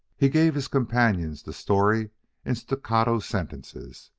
he gave his companions the story in staccato sentences.